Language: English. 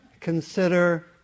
consider